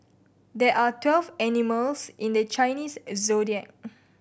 there are twelve animals in the Chinese Zodiac